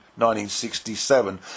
1967